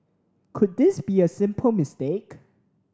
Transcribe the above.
could this be a simple mistake